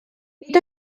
nid